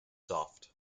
soft